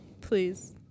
please